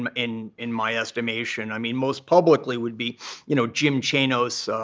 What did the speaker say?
um in in my estimation. i mean, most publicly would be you know jim chanos,